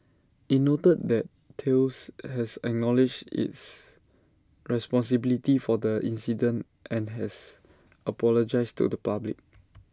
IT noted that Thales has acknowledged its responsibility for the incident and has apologised to the public